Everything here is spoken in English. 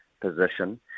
position